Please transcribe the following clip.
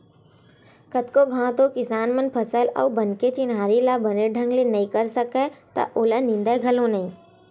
कतको घांव तो किसान मन फसल अउ बन के चिन्हारी ल बने ढंग ले नइ कर सकय त ओला निंदय घलोक नइ